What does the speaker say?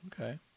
Okay